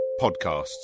podcasts